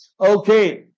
Okay